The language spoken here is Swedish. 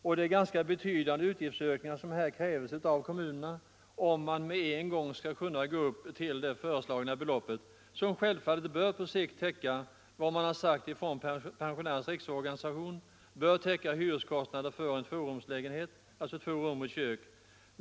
Det medför ganska betydande utgifter för kommunerna om man med en gång ökar bidraget till det föreslagna; självfallet bör bidraget på sikt — som Pensionärernas riksorganisation sagt — täcka hyreskostnaden för en lägenhet om 2 rum och kök.